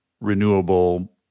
renewable